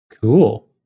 Cool